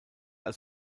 als